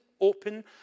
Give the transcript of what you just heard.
open